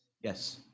Yes